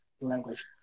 language